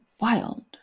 wild